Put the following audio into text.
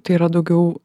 tai yra daugiau